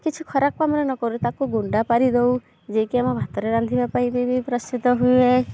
କିଛି ଖରାପ କାମରେ ନ କରୁ ତାକୁ ଗୁଣ୍ଡ କରିଦେଉ ଯେ କି ଆମ ଭାତରେ ରାନ୍ଧିବା ପାଇଁ ବି ପ୍ରସିଦ୍ଧ ହୁଏ